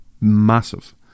massive